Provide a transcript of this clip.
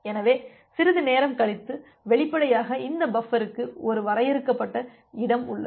எனவே சிறிது நேரம் கழித்து வெளிப்படையாக இந்த பஃபருக்கு ஒரு வரையறுக்கப்பட்ட இடம் உள்ளது